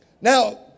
Now